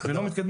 הם לא מתקדמים.